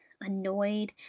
annoyed